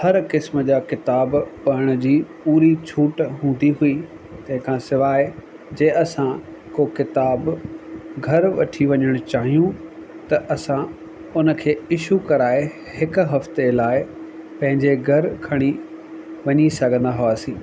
हर क़िस्म जा किताब पढ़ण जी पूरी छूट हूंदी हुई तंहिंखां सवाइ जीअं असां को किताबु घरु वठी वञनि चाहियूं त असां उन खे इशू कराए हिकु हफ़्ते लाइ पंहिंजे घरु खणी वञी सघंदा हुआसीं